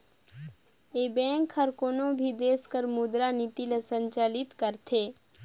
ए bank हर कोनो भी देस कर मुद्रा नीति ल संचालित करथे